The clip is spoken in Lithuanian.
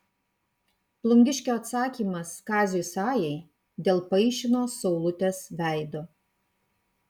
plungiškio atsakymas kaziui sajai dėl paišino saulutės veido